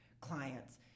clients